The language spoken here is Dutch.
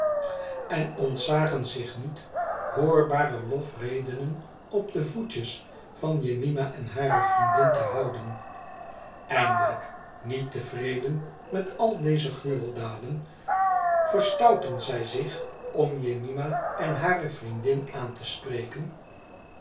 en ontzagen zich niet hoorbare lofiedenen op de voetjes van jemima en hare vriendin te houden eindelijk niet tevreden met al deze gruweldaden verstoutten zij zich om jemima en hare vriendin aan te spreken